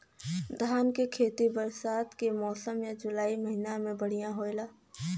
धान के खेती बरसात के मौसम या जुलाई महीना में बढ़ियां होला?